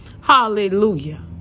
Hallelujah